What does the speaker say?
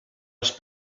els